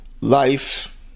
life